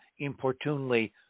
importunely